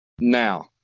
Now